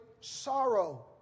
sorrow